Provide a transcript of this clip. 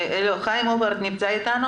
הגדירו את זה טוב שהם נכנסו בנעלי המדינה,